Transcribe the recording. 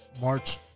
March